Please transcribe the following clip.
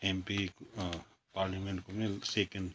MP पार्लियामेन्टको second